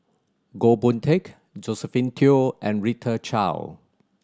Goh Boon Teck Josephine Teo and Rita Chao